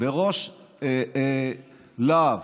בראש להב.